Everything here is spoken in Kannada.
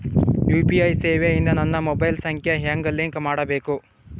ಯು.ಪಿ.ಐ ಸೇವೆ ಇಂದ ನನ್ನ ಮೊಬೈಲ್ ಸಂಖ್ಯೆ ಹೆಂಗ್ ಲಿಂಕ್ ಮಾಡಬೇಕು?